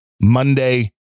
Monday